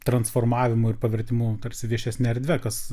transformavimu ir pavertimu tarsi viešesne erdve kas